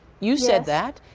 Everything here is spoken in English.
you said that.